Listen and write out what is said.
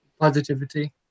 positivity